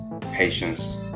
patience